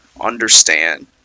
Understand